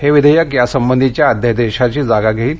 हे विधेयक यासंबंधीच्या अध्यादेशाची जागा घेईल